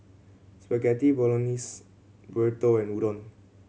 Spaghetti Bolognese Burrito and Udon